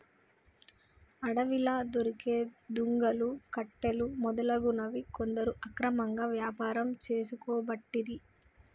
అడవిలా దొరికే దుంగలు, కట్టెలు మొదలగునవి కొందరు అక్రమంగా వ్యాపారం చేసుకోబట్టిరి